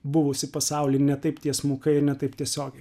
buvusį pasaulį ne taip tiesmukai ne taip tiesiogiai